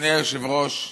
אדוני היושב-ראש,